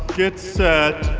get set